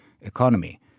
economy